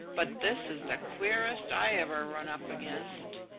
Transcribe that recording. but this is the queerest i ever ran up against.